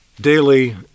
daily